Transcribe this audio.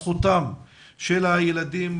אני פותח את ישיבת הוועדה לזכויות הילד בנושא כניסת